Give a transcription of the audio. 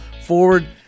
forward